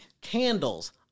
candles